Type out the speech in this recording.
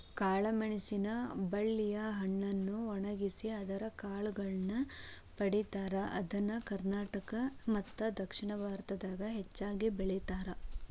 ಕಾಳಮೆಣಸಿನ ಬಳ್ಳಿಯ ಹಣ್ಣನ್ನು ಒಣಗಿಸಿ ಅದರ ಕಾಳುಗಳನ್ನ ಪಡೇತಾರ, ಇದನ್ನ ಕರ್ನಾಟಕ ಮತ್ತದಕ್ಷಿಣ ಭಾರತದಾಗ ಹೆಚ್ಚಾಗಿ ಬೆಳೇತಾರ